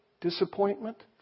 disappointment